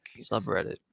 subreddit